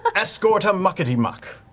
escort a muckety-muck.